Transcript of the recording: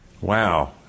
Wow